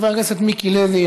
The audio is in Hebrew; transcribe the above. חבר הכנסת מיקי לוי,